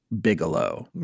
Bigelow